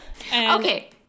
Okay